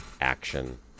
action